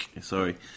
Sorry